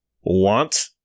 want